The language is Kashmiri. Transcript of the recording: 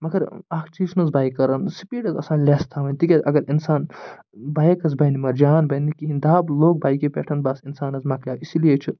مَگر اکھ چیٖز چھِ نَہ حظ بایک کران سٕپیڈ حظ گژھان لیٚس تھاوٕنۍ تِکیٛازِ اَگر اِنسان بایک حظ بَنہِ مَگر جان بَنہِ نہٕ کِہیٖنۍ دَب لوٚگ بایکہِ پٮ۪ٹھ بَس اِنسان حظ مۄکلیٛو اِسی لیے چھِ